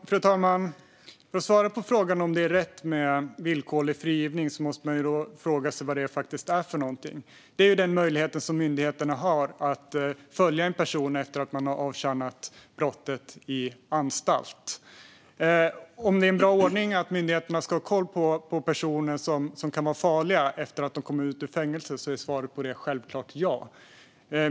Fru talman! För att svara på frågan om det är rätt med villkorlig frigivning måste man först fråga sig vad det är för något. Det är ju den möjlighet som myndigheterna har att följa någon efter att den personen har avtjänat sitt straff i anstalt. Om det är en bra ordning att myndigheterna ska ha koll på personer som kan vara farliga efter att de kommit ut ur fängelse är svaret självklart ja.